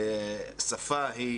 שפה היא